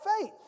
faith